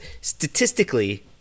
statistically